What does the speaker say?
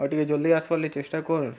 ଆଉ ଟିକେ ଜଲ୍ଦି ଆସ୍ବାର ଲାଗି ଚେଷ୍ଟା କର